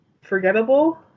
forgettable